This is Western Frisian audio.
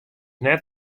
net